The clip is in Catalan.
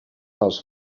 els